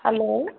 होर